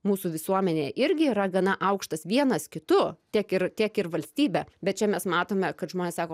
mūsų visuomenėje irgi yra gana aukštas vienas kitu tiek ir tiek ir valstybe bet čia mes matome kad žmonės sako